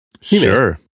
Sure